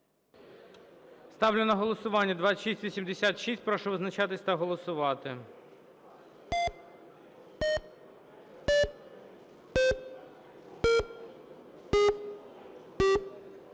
Ставлю на голосування 2687. Прошу визначатись та голосувати.